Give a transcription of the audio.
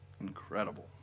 Incredible